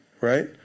right